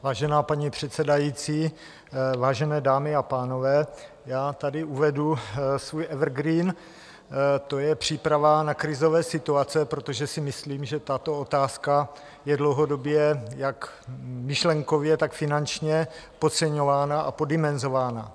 Vážená paní předsedající, vážené dámy a pánové, já tady uvedu svůj evergreen, to je příprava na krizové situace, protože si myslím, že tato otázka je dlouhodobě jak myšlenkově, tak finančně podceňována a poddimenzována.